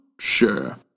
Sure